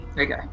Okay